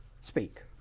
Speak